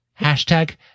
#Hashtag